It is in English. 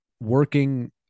working